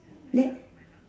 let